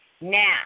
Now